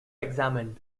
examined